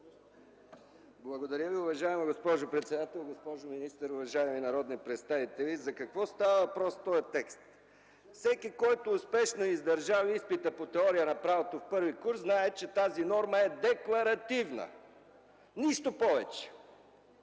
Благодаря Ви, уважаема госпожо председател. Уважаема госпожо министър, уважаеми народни представители! За какво става въпрос в този текст? Всеки, който успешно е издържал изпита по Теория на правото в първи курс, знае, че тази норма е декларативна. Нищо повече.